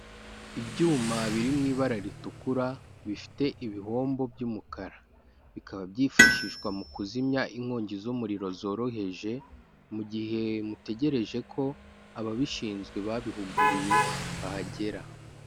Ibyuma biri mu ibara ritukura, bifite ibihombo by'umukara, bikaba byifashishwa mu kuzimya inkongi z'umuriro zoroheje, mu gihe mutegereje ko ababishinzwe babihuguriwe bahagera.